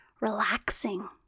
relaxing